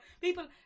People